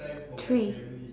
three